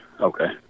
Okay